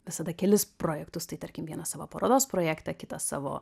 visada kelis projektus tai tarkim vieną savo parodos projektą kitą savo